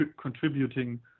contributing